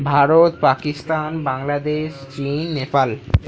ভারত পাকিস্তান বাংলাদেশ চীন নেপাল